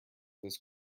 this